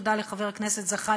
ותודה לחבר הכנסת זחאלקה,